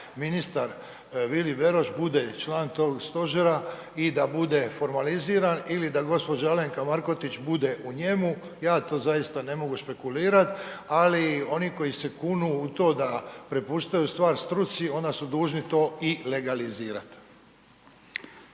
da ministar Vili Beroš bude član tog stožera i da bude formaliziran ili da gospođa Alemka Markotić bude u njemu ja to zaista ne mogu špekulirat, ali oni koji se kunu u to da prepuštaju stvar struci onda su dužni to i legalizirat.